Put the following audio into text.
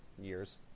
years